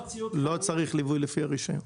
ציוד --- לא צריך ליווי לפי הרישיון.